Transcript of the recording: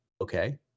okay